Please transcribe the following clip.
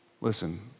Listen